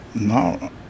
No